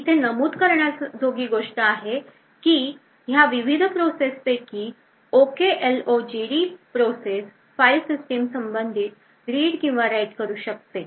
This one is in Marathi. इथे नमूद करण्याजोगी गोष्ट आहे की ह्या विविध प्रोसेस पैकी OKLOGD प्रोसेस फाईल सिस्टिम संबंधित read किंवा write करू शकते